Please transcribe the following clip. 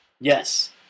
Yes